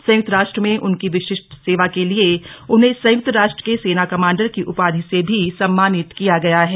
संयुक्त राष्ट्र में उनकी विशिष्ट सेवा के लिए उन्हें संयुक्त राष्ट्र के सेना कमांडर की उपाधि से भी सम्मानित किया गया है